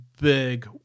big